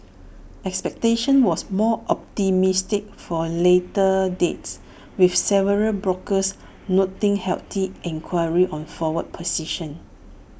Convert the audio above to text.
expectation was more optimistic for later dates with several brokers noting healthy enquiry on forward positions